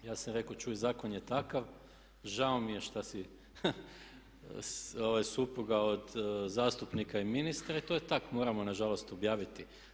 Ja sam rekao, čuj zakon je takav, žao mi je šta si supruga od zastupnika i ministra i to je tako, moramo nažalost objaviti.